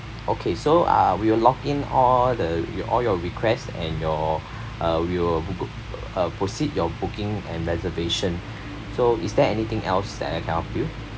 okay so uh we'll lock in all the your all your request and your uh we'll book uh proceed your booking and reservation so is there anything else that I can help you